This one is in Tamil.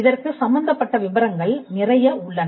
இதற்கு சம்பந்தப்பட்ட விபரங்கள் நிறைய உள்ளன